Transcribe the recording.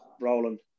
Roland